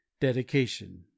dedication